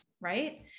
right